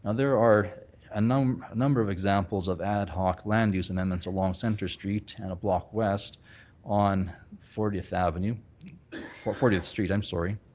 there are a number number of examples of ad hoc land use amendments along centre street and a block west on fortieth avenue fortieth street, i'm sorry,